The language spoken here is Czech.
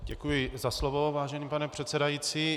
Děkuji za slovo, vážený pane předsedající.